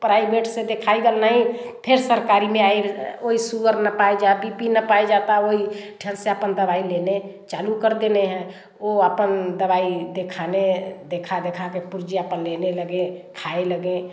private से दिखाएगा नहीं फिर सरकारी में आई वही शुगर नपाए जा बी पी नपाए जाता वही ढंग से आपन दवाई लेने चालू कर देने हैं वो अपन दवाई दिखाने देखा देखा के पर लेने लगे खाए लगे